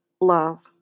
love